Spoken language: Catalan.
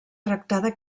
tractada